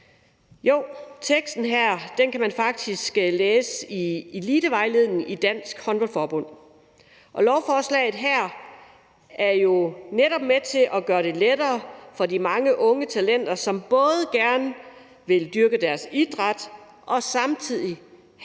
Jo, teksten her kan man faktisk læse i elitevejledningen i Dansk Håndbold Forbund, og lovforslaget her er jo netop med til at gøre det lettere for de mange unge talenter, som både gerne vil dyrke deres idræt og samtidig have